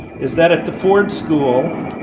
is that at the ford school,